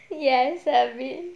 yes erby